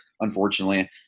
unfortunately